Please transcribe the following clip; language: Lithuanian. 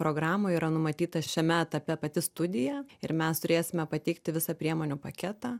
programoj yra numatyta šiame etape pati studija ir mes turėsime pateikti visą priemonių paketą